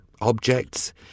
objects